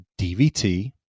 DVT